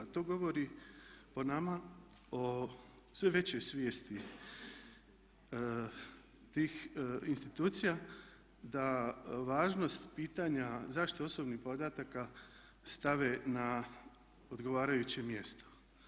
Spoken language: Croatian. To govori o nama, o sve većoj svijesti tih institucija da važnost pitanja zaštite osobnih podataka stave na odgovarajuće mjesto.